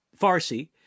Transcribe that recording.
Farsi